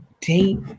date